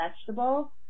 vegetable